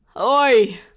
Oi